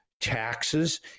taxes